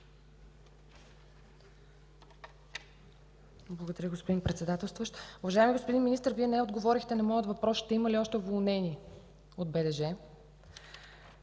Благодаря, господин Председателстващ. Уважаеми господин Министър, Вие не отговорихте на моя въпрос: ще има ли още уволнени от БДЖ